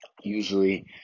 Usually